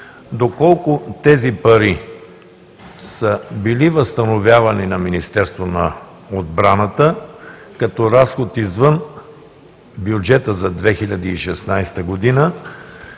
доколко тези пари са били възстановяване на Министерството на отбраната като разход извън бюджета за 2016 г. и